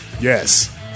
Yes